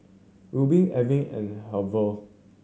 Alvan and Hervey